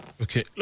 Okay